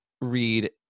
read